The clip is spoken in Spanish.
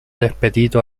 despedido